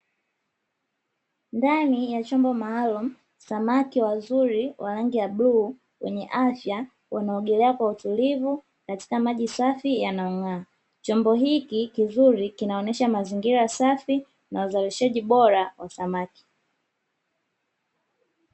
Ndani ya chombo maalumu, samaki wazuri wa rangi ya bluu wenye afya wanaogelea kwa utulivu katika maji safi yanayong'aa. Chombo hiki kizuri kinaonyesha mazingira safi na uzalishaji bora wa samaki.